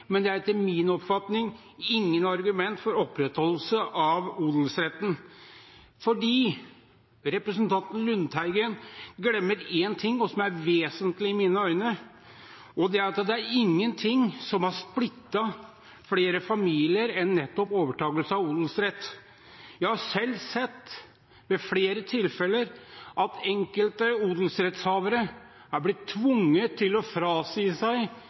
men det er etter min oppfatning ikke noe argument for opprettholdelse av odelsretten. Representanten Lundteigen glemmer en ting som er vesentlig i mine øyne, og det er at det er ingen ting som har splittet flere familier enn nettopp overtakelse av odelsrett. Jeg har selv sett i flere tilfeller at enkelte odelsrettshavere har blitt tvunget til å frasi seg